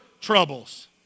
troubles